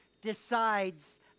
decides